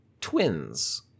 twins